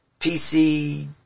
PC